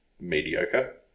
mediocre